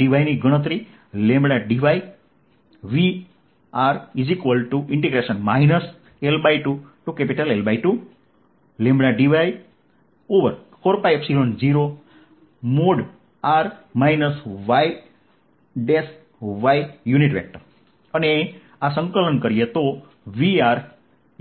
dy ની ગણતરી Vr L2L2 dy40 r yy અને આ સંકલન કરીએ તો Vr